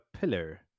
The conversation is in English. pillar